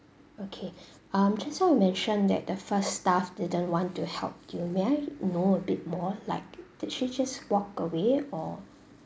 okay um just now you mentioned that the first staff didn't want to help you may I know a bit more like did she just walked away or